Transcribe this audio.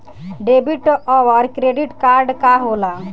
Debit और credit card का होला?